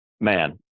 man